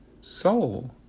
soul